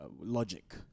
logic